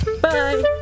Bye